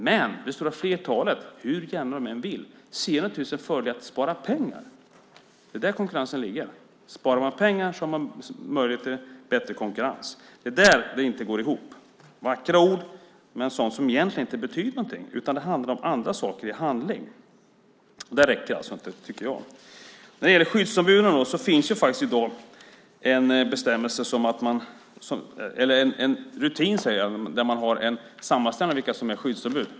Men det stora flertalet ser hur gärna de än vill en fördel i att spara pengar. Det är där konkurrensen ligger. Sparar man pengar har man möjlighet till bättre konkurrens. Det är där det inte går ihop. Det är vackra ord som egentligen inte betyder någonting, utan det handlar om andra saker i handling. Jag tycker inte att det räcker. När det gäller skyddsombuden finns i dag en rutin där man har en sammanställning på Arbetsmiljöverket av vilka som är skyddsombud.